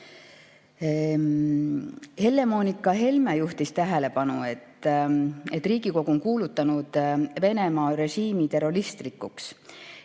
vastuoluga. Helle-Moonika Helme juhtis tähelepanu, et Riigikogu on kuulutanud Venemaa režiimi terroristlikuks.